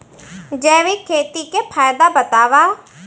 जैविक खेती के फायदा बतावा?